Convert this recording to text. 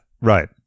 right